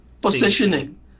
positioning